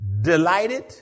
delighted